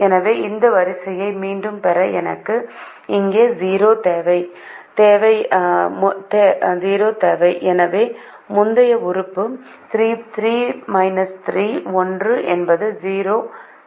எனவே இந்த வரிசையை மீண்டும் பெற எனக்கு இங்கே 0 தேவை எனவே முந்தைய உறுப்பு முறை 1 என்பது 0 முறை 1 என்பது 0 ஆகும்